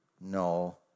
No